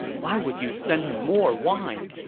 why would you send him more wine?